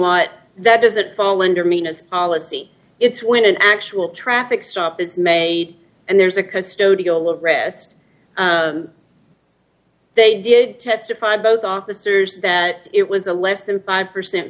lot that doesn't fall under mean as it's when an actual traffic stop is made and there's a custodial arrest they did testify both officers that it was a less than five percent